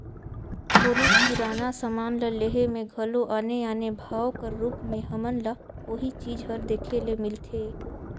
कोनोच किराना समान ल लेहे में घलो आने आने भाव कर रूप में हमन ल ओही चीज हर देखे ले मिलथे